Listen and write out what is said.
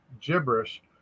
gibberish